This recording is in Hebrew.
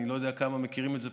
אני לא יודע כמה מכירים את זה,